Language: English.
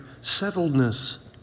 settledness